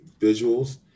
visuals